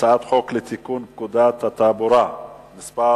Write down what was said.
הצעת חוק לתיקון פקודת התעבורה (מס'